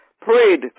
prayed